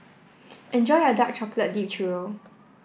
enjoy your Dark Chocolate Dipped Churro